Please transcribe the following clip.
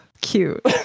cute